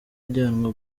ajyanwa